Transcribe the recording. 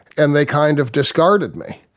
and they kind of discarded me.